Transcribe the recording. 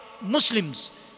Muslims